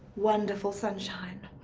wonderful, sunshine.